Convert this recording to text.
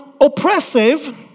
oppressive